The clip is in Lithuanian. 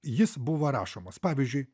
jis buvo rašomas pavyzdžiui